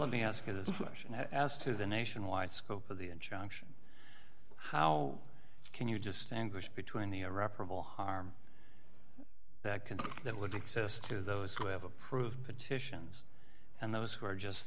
let me ask you this question as to the nationwide scope of the injunction how can you just anguish between the irreparable harm that can see that would exist to those who have approved petitions and those who are just